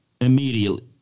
immediately